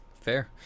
fair